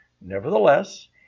Nevertheless